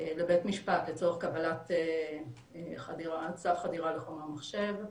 לבית משפט לצורך קבלת צו חדירה לחומרי מחשב,